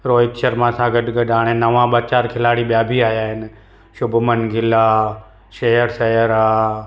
रोहित शर्मा सां गॾु हाणे नवां ॿ चारि खिलाड़ी ॿिया बि आया आहिनि शुभमन गिल आहे श्रेयस अय्यर आहे